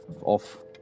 off